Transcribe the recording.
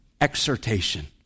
exhortation